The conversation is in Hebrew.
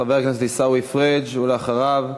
חבר הכנסת עיסאווי פריג', ואחריו,